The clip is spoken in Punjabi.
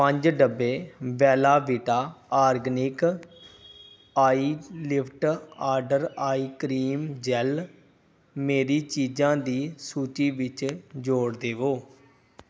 ਪੰਜ ਡੱਬੇ Bella Vita organic eyelift order eye cream gel ਮੇਰੀ ਚੀਜ਼ਾਂ ਦੀ ਸੂਚੀ ਵਿੱਚ ਜੋੜ ਦੇਵੋ